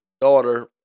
daughter